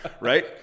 Right